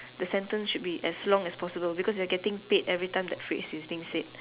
the sentence should be as long as possible because you are getting paid every time that phrase is being said